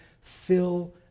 fill